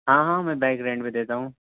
ہاں ہاں میں بائک رینٹ پہ دیتا ہوں